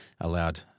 allowed